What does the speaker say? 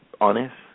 honest